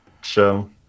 show